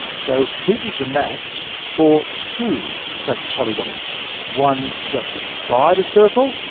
so he did the maths for two such polygons one just inside a circle,